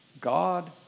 God